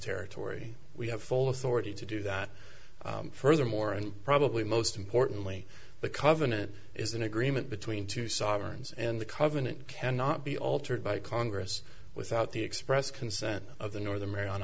territory we have full authority to do that furthermore and probably most importantly the covenant is an agreement between two sovereigns and the covenant cannot be altered by congress without the express consent of the northern mar